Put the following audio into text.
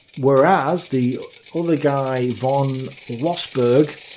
whereas the other guy, von lossberg,